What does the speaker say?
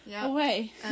away